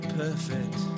perfect